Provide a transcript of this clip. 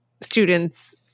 students